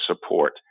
support